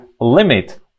limit